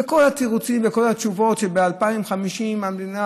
וכל התירוצים וכל התשובות שב-2050 המדינה,